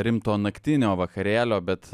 rimto naktinio vakarėlio bet